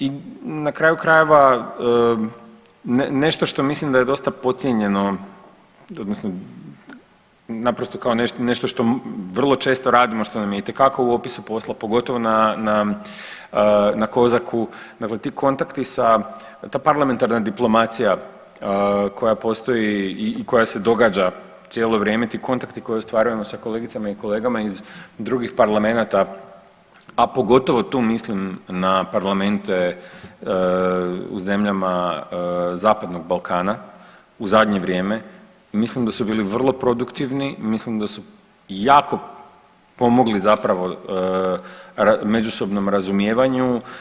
I na kraju krajeva nešto što mislim da je dosta podcijenjeno odnosno naprosto kao nešto što vrlo često radimo što nam je itekako u opisu posla pogotovo na, na COSAC-u, dakle ti kontakti sa, ta parlamentarna diplomacija koja postoji i koja se događa cijelo vrijeme, ti kontakti koje ostvarujemo sa kolegicama i kolegama iz drugih parlamenata, a pogotovo tu mislim na parlamente u zemljama Zapadnog Balkana u zadnje vrijeme, mislim da su bili vrlo produktivni, mislim da su jako pomogli zapravo međusobnom razumijevanju.